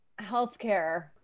healthcare